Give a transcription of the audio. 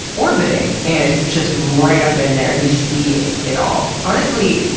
orbiting, and it's just right up in there, you see it all. honestly,